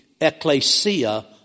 ecclesia